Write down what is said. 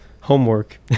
homework